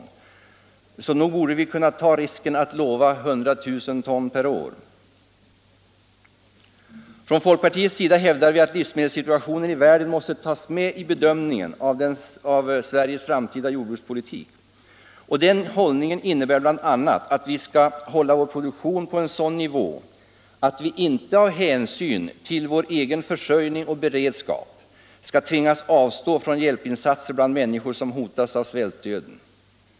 Så nog borde vi kunna ta risken att lova 100 000 ton per år. Från folkpartiets sida hävdar vi att livsmedelssituationen i världen måste tas med i bedömningen av Sveriges framtida jordbrukspolitik. Den hållningen innebär bl.a. att vi skall hålla vår produktion på en sådan nivå att vi inte av hänsyn till vår egen försörjning och beredskap skall tvingas avstå från hjälpinsatser bland människor som hotas av svältdöden.